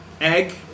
Egg